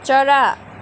चरा